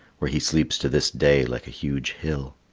where he sleeps to this day like a huge hill.